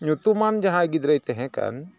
ᱧᱩᱛᱩᱢᱟᱱ ᱡᱟᱦᱟᱸᱭ ᱜᱤᱫᱽᱨᱟᱹᱭ ᱛᱮᱦᱮᱸ ᱠᱟᱱ